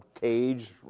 cage